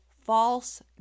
false